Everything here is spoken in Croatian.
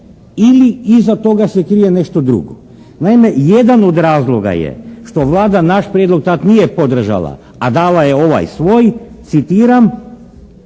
ili iza toga se krije nešto drugo. Naime jedan od razloga je što Vlada naš prijedlog tad nije podržala, a dala je ovaj svoj, citiram: